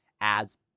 ads